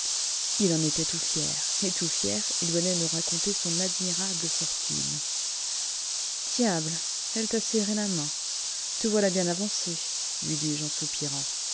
il en était tout fier et tout fier il venait me raconter son admirable fortune diable elle t'a serré la main te voilà bien avancé lui dis-je en soupirant